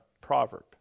proverb